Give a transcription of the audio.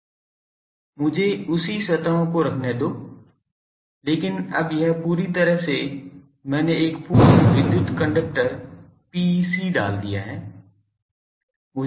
मुझे उसी सतहों को रखने दो लेकिन अब यह पूरी तरह से मैंने एक पूर्ण विद्युत कंडक्टर PEC डाल दिया है